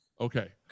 Okay